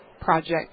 project